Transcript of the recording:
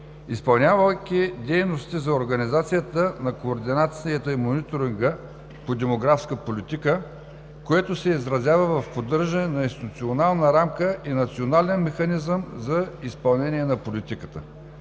изпълнявайки дейности за организацията на координацията и мониторинга по демографска политика, което се изразява в поддържане на инстуционална рамка и национален механизъм за изпълнение на политиката.